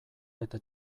eta